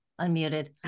unmuted